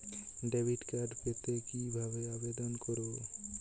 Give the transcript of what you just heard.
Debit card পেতে কি ভাবে আবেদন করব?